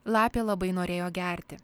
lapė labai norėjo gerti